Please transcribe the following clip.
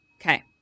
Okay